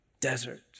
desert